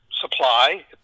supply